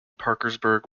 parkersburg